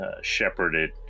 shepherded